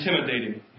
intimidating